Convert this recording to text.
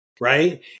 right